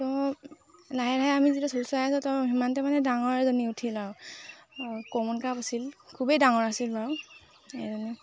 তো লাহে লাহে আমি যেতিয়া চোঁচৰাই আছো তো সিমানতে মানে ডাঙৰ এজনী উঠিল আৰু কমন কাপ আছিল খুবেই ডাঙৰ আছিল বাৰু এইজনী